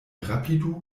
rapidu